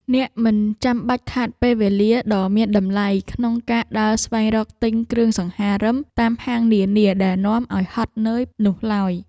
អ្នកមិនចាំបាច់ខាតពេលវេលាដ៏មានតម្លៃក្នុងការដើរស្វែងរកទិញគ្រឿងសង្ហារិមតាមហាងនានាដែលនាំឱ្យហត់នឿយនោះឡើយ។